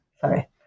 sorry